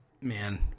Man